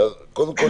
קודם כול,